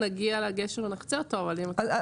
נגיע לגשר ונחצה אותו אבל צריך להבין מה זה אומר על שאר החוק.